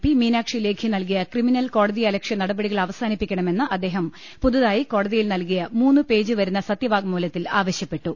P Meenakshi Lekhi നൽകിയ criminal കോടതിയലക്ഷ്യ നടപടികൾ അവ സാനിപ്പിക്കണമെന്ന് അദ്ദേഹം പുതുതായി കോടതിയിൽ നൽകിയ മൂന്ന് പേജ് വരുന്ന സത്യവാങ്മൂലത്തിൽ ആവശ്യപ്പെട്ടു